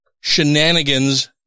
shenanigans